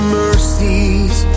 mercies